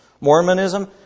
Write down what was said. Mormonism